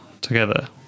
together